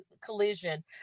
collision